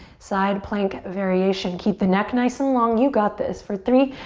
side plank variation. keep the neck nice and long. you got this for three,